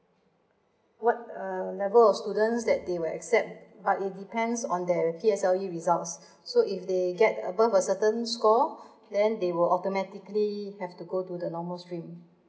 what uh level of students that they will accept but it depends on their P_S_L_E results so if they get above a certain score then they were alternately have to go to the normal stream